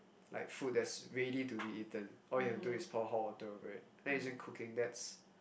like food that's ready to be eaten all you have to do is pour hot water over it that isn't cooking that's